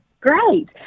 Great